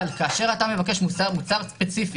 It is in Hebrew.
אבל כאשר אתה מבקש מוצר ספציפי,